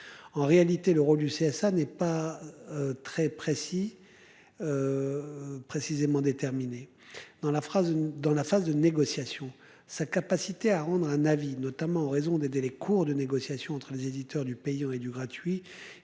En réalité, le rôle du CSA n'est pas. Très précis. Précisément déterminée dans la phrase dans la phase de négociation. Sa capacité à rendre un avis notamment en raison des délais courts de négociations entre les éditeurs du payant et du gratuit.